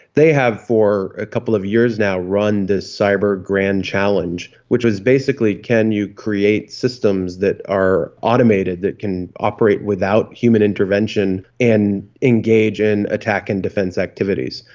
they have for a couple of years now run this cyber grand challenge, which is basically can you create systems that are automated, that can operate without human intervention and engage in attack and defence activities.